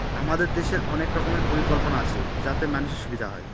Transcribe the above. আমাদের দেশের অনেক রকমের পরিকল্পনা আছে যাতে মানুষের সুবিধা হয়